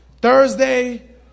Thursday